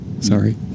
sorry